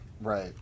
right